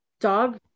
dog